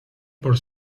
por